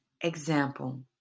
example